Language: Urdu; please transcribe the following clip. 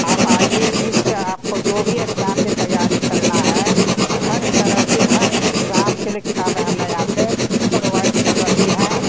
آپ آئیے جس سے آپ کو جو بھی اگزام کی تیاری کرنا ہے ہر طرح کی ہر اگزام کے لیے کتابیں ہم نے یہاں پہ پرووائڈ کر رکھی ہیں